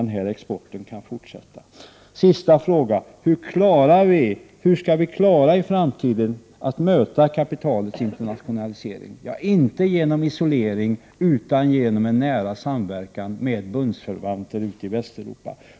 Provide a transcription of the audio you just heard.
Sista frågan löd: Hur skall vi i framtiden klara att möta kapitalets internationalisering? Ja, inte genom isolering utan genom en nära samverkan med bundsförvanter ute i Västeuropa.